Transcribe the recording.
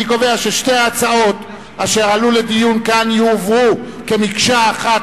אני קובע ששתי ההצעות אשר עלו לדיון כאן יועברו כמקשה אחת